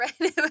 right